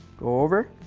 go over.